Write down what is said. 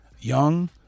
Young